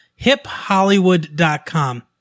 hiphollywood.com